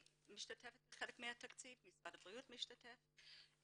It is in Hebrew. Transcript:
משתתפת בחלק מהתקציב ומשרד הבריאות משתתף.